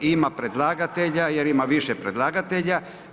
Ima predlagatelja jer ima više predlagatelja.